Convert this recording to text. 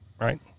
right